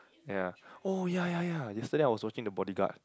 yeah oh yeah yeah yeah yesterday I was watching the bodyguard